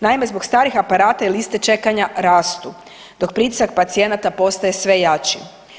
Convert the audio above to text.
Naime, zbog starih aparata i liste čekanja rastu dok pritisak pacijenata postaje sve jači.